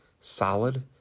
solid